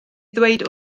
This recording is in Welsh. ddweud